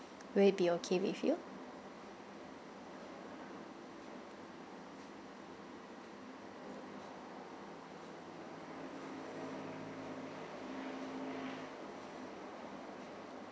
will it be okay with you